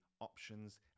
options